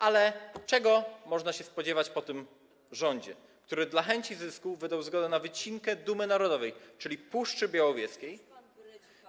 Ale czego można się spodziewać po tym rządzie, który dla chęci zysków wydał zgodę na wycinkę dumy narodowej, czyli Puszczy Białowieskiej.